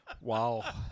Wow